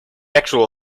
actual